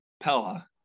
Pella